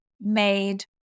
made